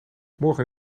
morgen